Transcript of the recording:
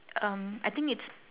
um I think it's